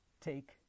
take